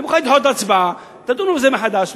אני מוכן לדחות את ההצבעה, תדונו בזה מחדש.